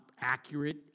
accurate